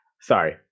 Sorry